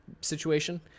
situation